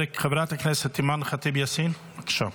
חברת הכנסת אימאן ח'טיב יאסין, בבקשה.